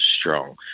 strong